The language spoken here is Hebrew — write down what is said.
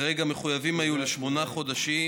כרגע היו מחויבים לשמונה חודשים,